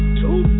two